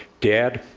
dad,